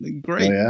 great